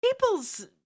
people's